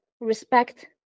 respect